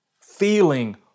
feeling